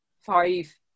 five